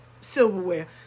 silverware